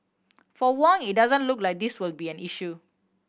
for Wong it doesn't look like this will be an issue